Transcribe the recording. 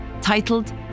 titled